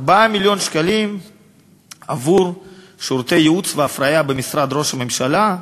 4 מיליון שקלים עבור שירותי ייעוץ להפריה במשרד ראש הממשלה.